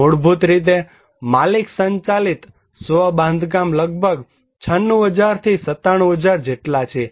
મૂળભૂત રીતે માલિક સંચાલિત સ્વ બાંધકામ લગભગ 96000 થી 97000 જેટલા છે